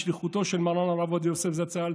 בשליחותו של מרן הרב עובדיה יוסף זצ"ל,